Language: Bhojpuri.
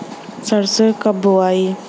सरसो कब बोआई?